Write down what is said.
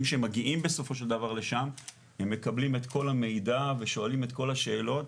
שמגיעים בסופו של דבר לשם מקבלים את כל המידע ושואלים את כל השאלות.